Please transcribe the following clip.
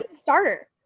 starter